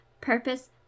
Purpose